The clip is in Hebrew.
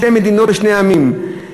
שתי מדינות לשני עמים,